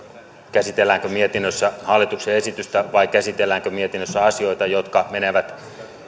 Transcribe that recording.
käsitelläänkö mietinnössä hallituksen esitystä vai käsitelläänkö mietinnössä asioita jotka menevät itse asiassa